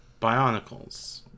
Bionicles